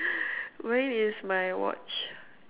mine is my watch